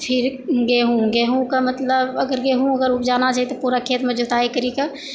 फेर गेहूँ गेहूँके मतलब अगर गेहूँ अगर उपजाना छै तऽ पूरा खेतमे जुताइ करिकऽ